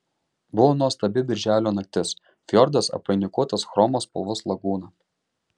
buvo nuostabi birželio naktis fjordas apvainikuotas chromo spalvos lagūna